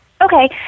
Okay